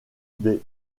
des